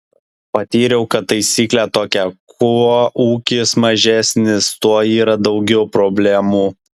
patyriau kad taisyklė tokia kuo ūkis mažesnis tuo yra daugiau problemų